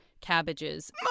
cabbages